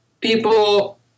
people